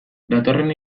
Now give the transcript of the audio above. datorren